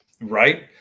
right